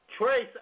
trace